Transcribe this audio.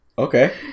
Okay